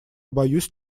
боюсь